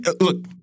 look